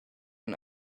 and